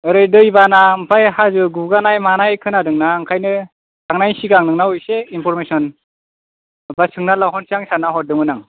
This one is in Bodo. ओरै दै बाना ओमफ्राइ हाजो गुगानाय मानाय खोनादों ना ओंखायनो थांनाय नि सिगां एसे इनफरमेसन माबा सोंनानै लाहरसां साननानै होन्नानै हरदोंमोन आं